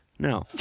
No